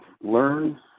learn